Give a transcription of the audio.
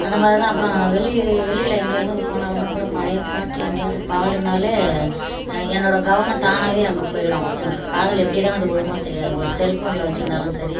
அந்தமாதிரி தான் அப்புறம் வெளி வெளியில எங்கேயாதும் போனாலும் கூட பழைய பாட்டு எங்கயாது பாடுனாலே என்னோட கவனம் தானாகவே அங்கே போய்விடும் எனக்கு காதில் எப்டி தான் அது விழுமோ தெரியாது ஒர் செல்போனில் வச்சுருந்தாலும் சரி